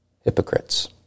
Hypocrites